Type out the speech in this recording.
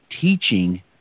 teaching